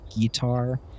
guitar